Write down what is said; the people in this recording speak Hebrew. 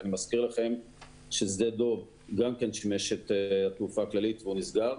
אני מזכיר לכם ששדה דב גם הוא שימש את התעופה הכללית והוא נסגר.